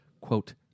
quote